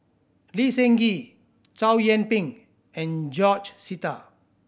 Lee Seng Gee Chow Yian Ping and George Sita